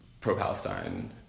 pro-Palestine